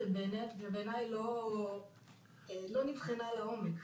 שבעיני לא נבחנה לעומק.